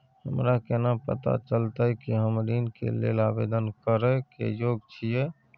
हमरा केना पता चलतई कि हम ऋण के लेल आवेदन करय के योग्य छियै?